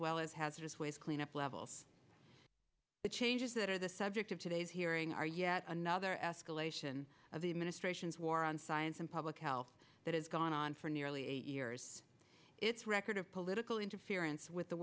well as hazardous waste cleanup levels the changes that are the subject of today's hearing are yet another escalation of the administration's war on science and public health that has gone on for nearly eight years its record of political interference with the